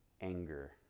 anger